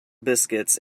biscuits